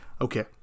Okay